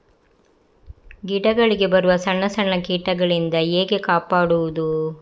ಗಿಡಗಳಿಗೆ ಬರುವ ಸಣ್ಣ ಸಣ್ಣ ಕೀಟಗಳಿಂದ ಹೇಗೆ ಕಾಪಾಡುವುದು?